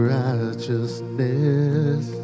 righteousness